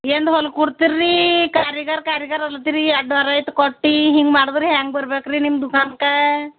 ಎಂದು ಹೊಲ್ಕೊಡ್ತೀರ್ರೀ ಕಾರಿಗಾರಿ ಕಾರಿಗಾರಿ ಅನ್ಲತ್ತೀರಿ ಎರಡು ವಾರೈತು ಕೊಟ್ಟು ಹೀಗೆ ಮಾಡಿದರೆ ಹೇಗೆ ಬರಬೇಕ್ರಿ ನಿಮ್ಮ ದುಕಾನಕ್ಕಾ